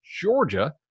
Georgia